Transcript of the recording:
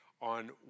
on